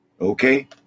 Okay